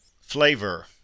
flavor